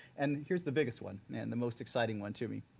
and here's the biggest one, and the most exciting one too.